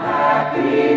happy